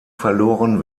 verloren